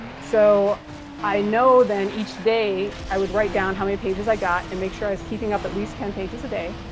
so i know then each day i would write down how many pages i got and make sure i was keeping up at least ten pages a day